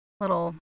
little